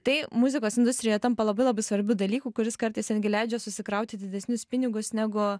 tai muzikos industrijoje tampa labai labai svarbiu dalyku kuris kartais netgi leidžia susikrauti didesnius pinigus negu